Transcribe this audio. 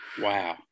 Wow